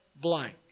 blank